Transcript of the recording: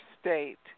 state